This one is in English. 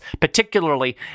particularly